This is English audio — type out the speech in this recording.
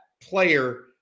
player